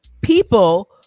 people